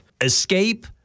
escape